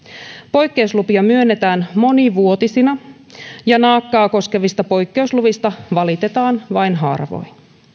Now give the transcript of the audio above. poikkeuslupia myönnetään monivuotisina ja naakkaa koskevista poikkeusluvista valitetaan vain harvoin